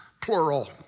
plural